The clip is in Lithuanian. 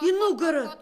į nugarą